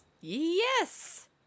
yes